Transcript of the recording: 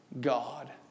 God